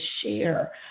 share